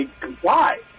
comply